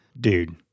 dude